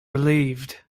relieved